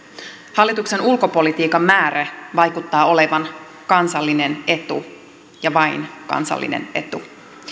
hallituksen ulkopolitiikan määre vaikuttaa olevan kansallinen etu ja vain kansallinen etu